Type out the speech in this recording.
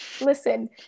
listen